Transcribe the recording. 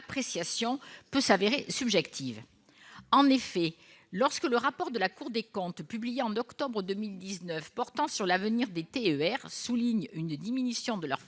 peut se révéler subjective. En effet, le rapport de la Cour des comptes, publié en octobre 2019, portant sur l'avenir des TER souligne une diminution de leur fréquentation